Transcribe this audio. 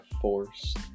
force